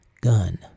gun